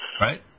right